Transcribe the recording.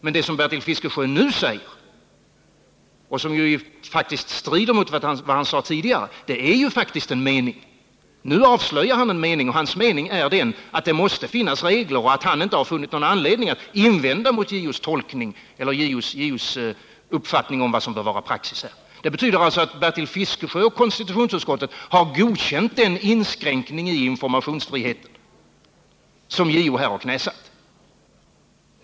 Men det som Bertil Fiskesjö nu säger — och som strider mot vad han sade tidigare — är faktiskt en mening. Nu avslöjar han en mening. Hans mening är den att det måste finnas regler och att han i dag inte har funnit någon anledning att invända mot JO:s tolkning eller JO:s uppfattning om vad som bör vara praxis här. Det betyder alltså att Bertil Fiskesjö och konstitutionsutskottet har godkänt den inskränkning i informationsfriheten som JO här har knäsatt.